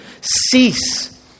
cease